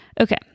Okay